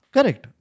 Correct